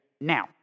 Now